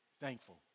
thankful